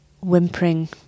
whimpering